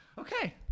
okay